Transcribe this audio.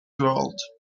world